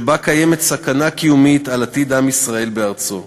שבה קיימת סכנה קיומית לעתיד עם ישראל בארצו.